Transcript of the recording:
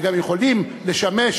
וגם יכולים לשמש,